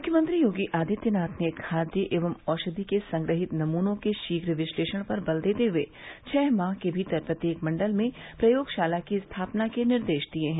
मुख्यमंत्री योगी आदित्यनाथ ने खाद्य एवं औषधि के संग्रहीत नमूनों के शीघ्र विश्लेषण पर बल देते हुए छः माह के भीतर प्रत्येक मण्डल में प्रयोगशाला की स्थापना के निर्देश दिए हैं